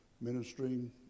ministering